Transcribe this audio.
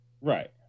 Right